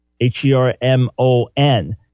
H-E-R-M-O-N